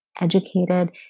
educated